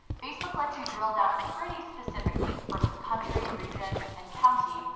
facebook lets you drill down pretty specifically from country, region, and county,